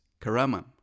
Karaman